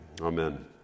Amen